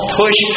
push